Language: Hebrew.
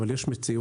אבל יש מציאות.